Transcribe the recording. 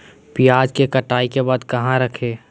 प्याज के कटाई के बाद कहा रखें?